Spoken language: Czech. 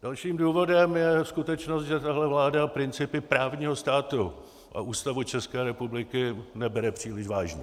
Dalším důvodem je skutečnost, že tahle vláda principy právního státu a Ústavu České republiky nebere příliš vážně.